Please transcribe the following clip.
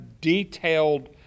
detailed